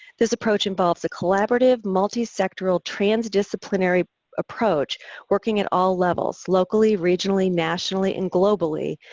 this approach involves a collaborative multi sectoral transdisciplinary approach working at all levels, locally, regionally, nationally and globally,